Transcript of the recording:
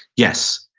yes.